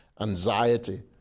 anxiety